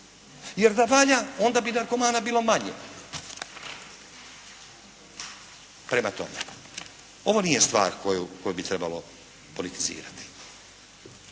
jer da valja onda bi narkomana bilo manje. Prema tome, ovo nije stvar koju bi trebalo politizirati.